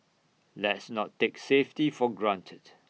let's not take safety for granted